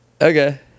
okay